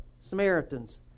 Samaritans